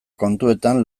kontuetan